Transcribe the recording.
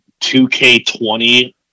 2K20